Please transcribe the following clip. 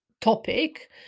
topic